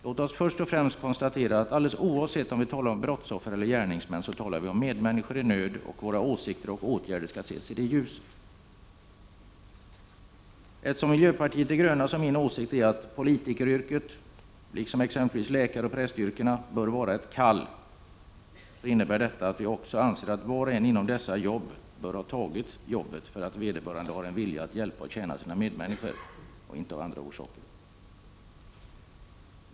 Låt oss först och främst konstatera, att alldeles oavsett om vi talar om brottsoffer eller gärningsmän, så talar vi om medmänniskor i nöd, och våra åsikter och åtgärder skall ses i det ljuset. Eftersom miljöpartiet de grönas och min åsikt är att politikeryrket — liksom exempelvis läkaroch prästyrkena — bör vara ett kall, så innebär detta att vi också anser att var och en inom dessa jobb bör ha tagit jobbet för att vederbörande har en vilja att hjälpa och tjäna sina medmänniskor.